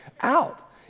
out